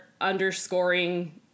underscoring